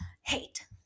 Hate